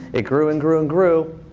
it grew and grew and grew.